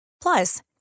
Plus